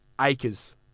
acres